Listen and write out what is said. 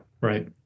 right